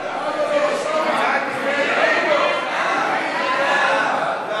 ההצעה להעביר את הצעת חוק הפיקוח על שירותים